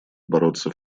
бороться